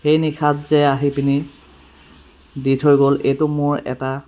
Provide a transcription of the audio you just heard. সেই নিশাত যে আহি পিনি দি থৈ গ'ল এইটো মোৰ এটা